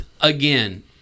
Again